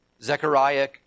Zechariah